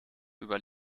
über